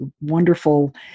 wonderful